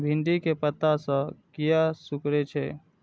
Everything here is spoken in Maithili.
भिंडी के पत्ता सब किया सुकूरे छे?